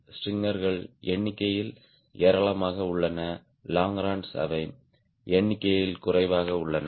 ஸ்ட்ரிங்கர்கள் எண்ணிக்கையில் ஏராளமாக உள்ளன லாங்கரோன்ஸ் அவை எண்ணிக்கையில் குறைவாக உள்ளன